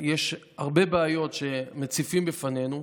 יש הרבה בעיות שמציפים בפנינו,